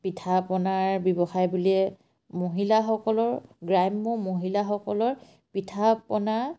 পিঠা পনাৰ ব্যৱসায় বুলিয়ে মহিলাসকলৰ গ্ৰাম্য মহিলাসকলৰ পিঠা পনা